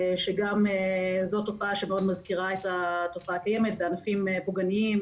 שגם זאת תופעה שמאוד מזכירה את התופעה הקיימת בענפים פוגעניים,